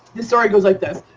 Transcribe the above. the story goes like this.